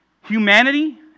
humanity